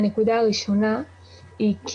הנקודה הראשונה היא,